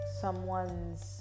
someone's